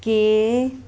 K